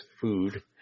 food